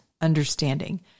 understanding